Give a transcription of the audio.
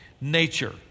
nature